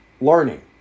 learning